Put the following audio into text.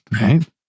right